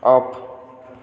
off